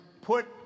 put